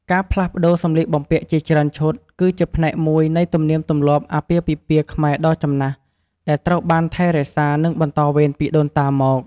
ការផ្លាស់ប្ដូរសម្លៀកបំពាក់ជាច្រើនឈុត គឺជាផ្នែកមួយនៃ ទំនៀមទម្លាប់អាពាហ៍ពិពាហ៍ខ្មែរដ៏ចំណាស់ ដែលត្រូវបានថែរក្សា និងបន្តវេនពីដូនតាមក។